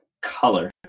color